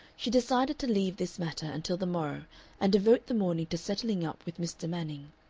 she decided to leave this matter until the morrow and devote the morning to settling up with mr. manning.